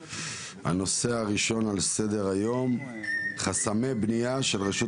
הנושא הראשון על סדר היום חסמי בנייה של רשות